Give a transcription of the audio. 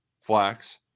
Flax